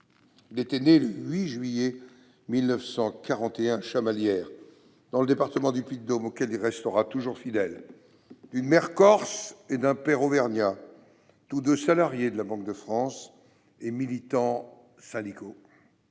Il était né le 8 juillet 1941 à Chamalières, dans le département du Puy-de-Dôme, auquel il restera toujours fidèle, d'une mère corse et d'un père auvergnat, tous deux salariés de la Banque de France et militants syndicaux.